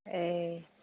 ए